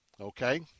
okay